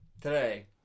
today